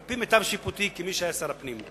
על-פי מיטב שיפוטי כמי שהיה שר הפנים,